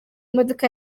imodoka